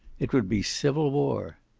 it would be civil war.